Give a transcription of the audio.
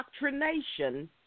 doctrination